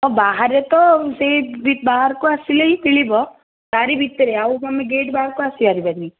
ବାହାରେ ତ ସେଇ ବି ବାହାରକୁ ଆସିଲେ ହିଁ ମିଳିବ ତାରି ଭିତରେ ଆଉ କ'ଣ ଗେଟ୍ ବାହାରକୁ ଆସିପାରିବାନାହିଁ